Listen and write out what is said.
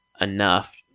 enough